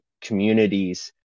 communities